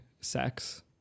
sex